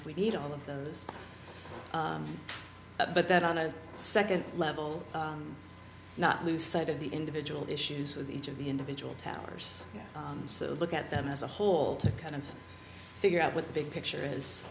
if we need all of those but that on a second level not lose sight of the individual issues with each of the individual towers so look at them as a whole to kind of figure out what the big picture